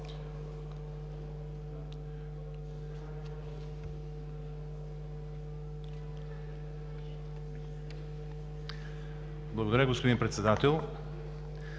Благодаря, господин Председател.